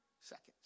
seconds